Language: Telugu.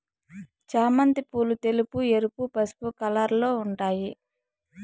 చామంతి పూలు తెలుపు, ఎరుపు, పసుపు కలర్లలో ఉంటాయి